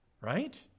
Right